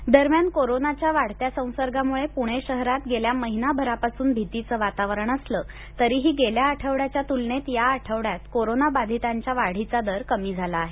पणे कोरोना दरम्यान कोरोनाच्या वाढत्या संसर्गामुळे पुणे शहरात गेल्या महिनाभरापासून भीतीचं वातावरण असलं तरीही गेल्या आठवड्याच्या तुलनेत या आठवड्यात कोरोनाबाधितांच्या वाढीचा दर कमी झाला आहे